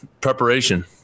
Preparation